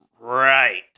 Right